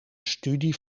studie